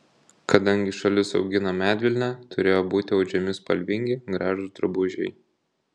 kadangi šalis augina medvilnę turėjo būti audžiami spalvingi gražūs drabužiai